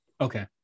Okay